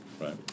right